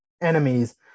enemies